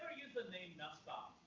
name nussbaum?